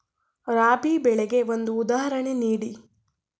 ರಾಬಿ ಬೆಳೆಗೆ ಒಂದು ಉದಾಹರಣೆ ನೀಡಿ